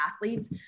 athletes